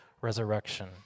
resurrection